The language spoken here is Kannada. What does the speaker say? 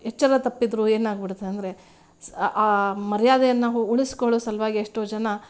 ಎಚ್ಚರ ತಪ್ಪಿದರೂ ಏನಾಗಿಬಿಡುತ್ತೆ ಅಂದರೆ ಸ ಆ ಮರ್ಯಾದೆಯನ್ನು ಉಳಿಸ್ಕೊಳ್ಳೋ ಸಲುವಾಗಿ ಎಷ್ಟೋ ಜನ